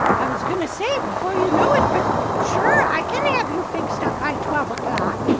i was gonna say, before you know it, but sure i can have you fixed out by twelve o'clock.